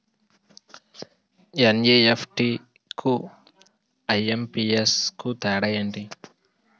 NEFT కు IMPS కు తేడా ఎంటి?